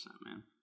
man